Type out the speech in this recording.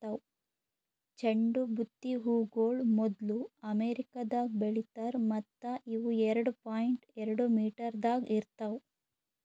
ಚಂಡು ಬುತ್ತಿ ಹೂಗೊಳ್ ಮೊದ್ಲು ಅಮೆರಿಕದಾಗ್ ಬೆಳಿತಾರ್ ಮತ್ತ ಇವು ಎರಡು ಪಾಯಿಂಟ್ ಎರಡು ಮೀಟರದಾಗ್ ಇರ್ತಾವ್